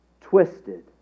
Twisted